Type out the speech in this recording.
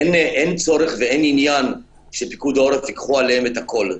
אין צורך ואין עניין שפיקוד העורף ייקחו עליהם את הכול.